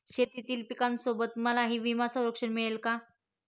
शेतीतील पिकासोबत मलाही विमा संरक्षण मिळेल का?